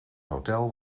hotel